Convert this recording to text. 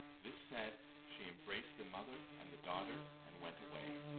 this said, she embraced the mother and the daughter, and went away.